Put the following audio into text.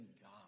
God